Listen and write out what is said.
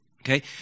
Okay